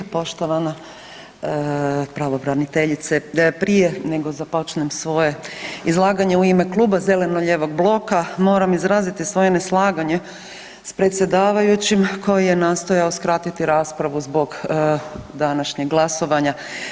Poštovana pravobraniteljice, prije nego što započnem svoje izlaganje u ime Kluba zeleno-lijevog bloka moram izraziti svoje neslaganje s predsjedavajućim koji je nastojao skratiti raspravu zbog današnjeg glasovanja.